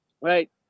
Right